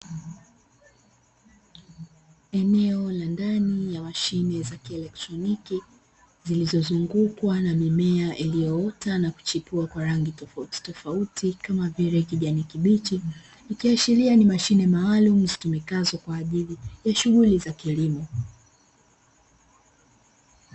Eneo la ndani za mashine za kieletroniki, zilizozungukwa na mimea iliyoota na kuchipua kwa rangi tofautitofauti kama vile kijani kibichi. Ikiashiria ni mashine maalumu zitumikazo kwa ajili ya shughuli za kilimo.